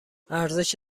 ارزش